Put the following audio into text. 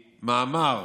ממאמר,